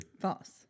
False